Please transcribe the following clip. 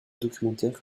documentaires